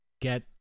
get